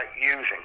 using